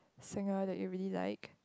singer that you really like